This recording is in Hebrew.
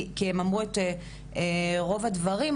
כי הם אמרו את רוב הדברים,